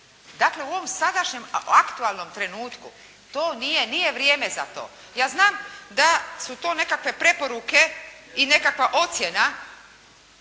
Dakle, u ovom sadašnjem aktualnom trenutku to nije vrijeme za to. Ja znam da su to nekakve preporuke i nekakva ocjena